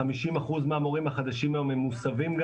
50% מהמורים החדשים היום הם מוסבים,